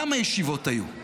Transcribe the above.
כמה ישיבות היו?